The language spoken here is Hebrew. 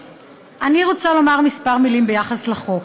אני רוצה לומר כמה מילים על החוק.